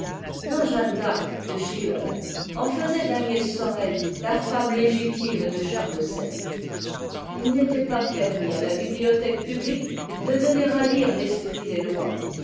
dans jeanne d'arc de schiller on faisait d'agnès sorel la femme légitime de charles vii n'était pas permis à la bibliothèque publique dê donner à lire t'espritdés lois